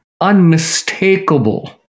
unmistakable